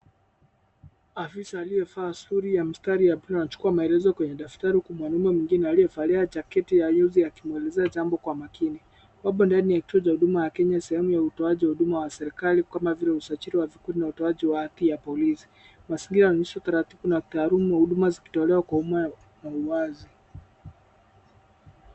Afisa aliyevaa suti ya mstari ya bluu anachukua maelezo kwenye daftari huku mwanaume mwingine aliyevalia jaketi nyeusi akimwelezea jambo kwa makini. Wapo ndani ya kituo cha huduma ya Kenya sehemu ya utoaji wa huduma wa serikali kama vile usajili wa vikundi na utoaji wa haki ya polisi. Mazingira yanaonyesha utaratibu na utaalumu wa huduma zikitolewa kwa umma na uwazi.